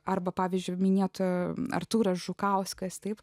arba pavyzdžiui minėta artūras žukauskas taip